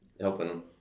helping